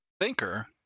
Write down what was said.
thinker